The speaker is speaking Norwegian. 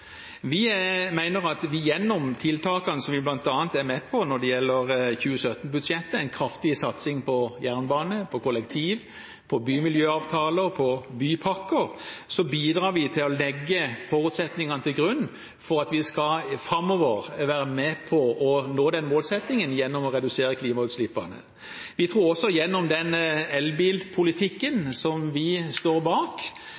Vi mener at gjennom tiltakene som vi bl.a. er med på når det gjelder 2017-budsjettet – en kraftig satsing på jernbane, på kollektiv, på bymiljøavtaler, på bypakker – bidrar vi til å legge forholdene til rette for at vi framover skal være med på å nå den målsettingen gjennom å redusere klimautslippene. Vi tror også at vi – gjennom den elbilpolitikken som vi står bak